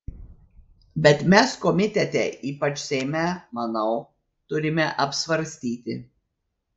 bet mes komitete ypač seime manau turime apsvarstyti